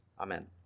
Amen